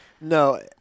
No